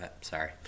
Sorry